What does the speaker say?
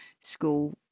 school